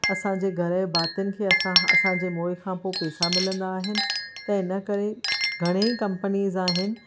असांजे घरु जे भातिनि खे असां असांजे मोए खां पो पैसा मिलंदा आहिनि त हिन करे घणे ई कंपनीज़ आहिनि